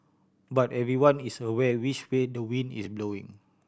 but everyone is aware which way the wind is blowing